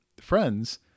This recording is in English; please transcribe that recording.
friends